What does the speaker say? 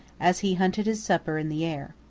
as he hunted his supper in the air.